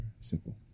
Simple